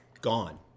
Gone